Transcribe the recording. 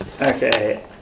Okay